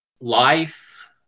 life